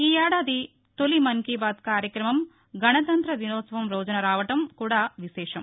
ఈ ఏడాది తొలి మన్ కీ బాత్ కార్యక్రమం గణతంత్ర దినోత్సవం రోజున రావడం కూడా విశేషం